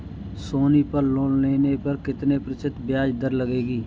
सोनी पर लोन लेने पर कितने प्रतिशत ब्याज दर लगेगी?